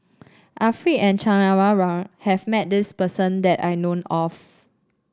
Arifin and Chan Kum Wah Roy has met this person that I know of